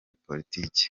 politiki